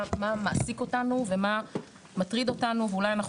מה מעסיק אותנו ומה מטריד אותנו ואולי אנחנו